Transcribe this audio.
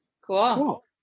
cool